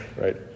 right